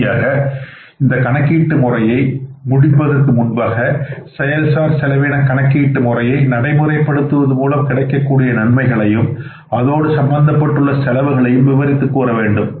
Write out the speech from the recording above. இறுதியாக நாம் இந்த கணக்கீட்டு முறையை முடிப்பதற்கு முன்பாக செயல் சார் செலவின கணக்கீட்டு முறையை நடைமுறைப்படுத்துவது மூலம் கிடைக்கக்கூடிய நன்மைகளையும் அதோடு சம்பந்தப்பட்டுள்ள செலவுகளையும் விவரித்துக் கூற வேண்டும்